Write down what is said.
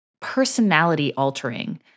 personality-altering